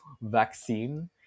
vaccine